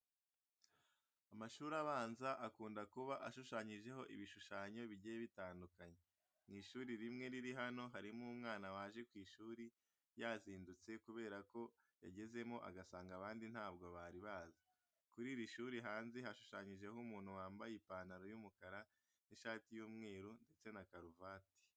Amashuri abanza akunda kuba ashushanyijeho ibishushanyo bigiye bitandukanye. Mu ishuri rimwe riri hano harimo umwana waje ku ishuri yazindutse kubera ko yagezemo agasanga abandi ntabwo bari baza. Kuri iri shuri hanze hashushanyijeho umuntu wambaye ipantaro y'umukara n'ishati y'umweru ndetse na karuvati.